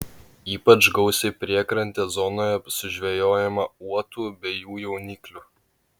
ypač gausiai priekrantės zonoje sužvejojama uotų bei jų jauniklių